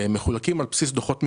מחולקים על בסיס דוחות מבוקרים.